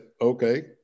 okay